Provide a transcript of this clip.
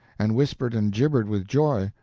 and whispered and jibbered with joy.